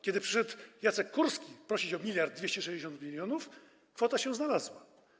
Kiedy przyszedł Jacek Kurski prosić o 1260 mln zł, kwota się znalazła.